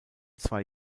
zwei